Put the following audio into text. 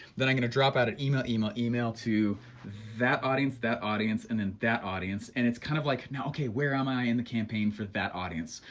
then i'm going to drop out an email, email, email email to that audience, that audience and and that audience. and it's kind of like, now okay, where am i in the campaign for that audience?